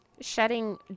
shedding